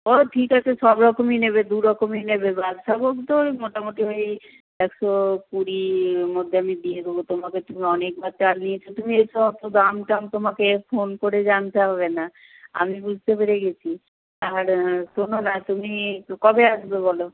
ও ঠিক আছে সব রকমই নেবে দু রকমই নেবে বাদশাভোগ তো মোটামুটি ওই একশো কুড়ির মধ্যে আমি দিয়ে দেবো তোমাকে তুমি অনেক বার চাল নিয়েছ তুমি এসো অত দাম টাম তোমাকে ফোন করে জানতে হবে না আমি বুঝতে পেরে গেছি আর শোনো না তুমি কবে আসবে বলো